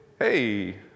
hey